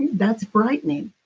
that's frightening.